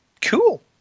Cool